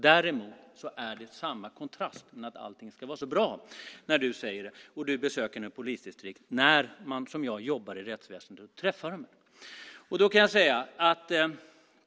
Däremot är det samma kontrast med att allting ska vara så bra när du besöker polisdistrikt. Jag jobbar i rättsväsendet och träffar dessa människor.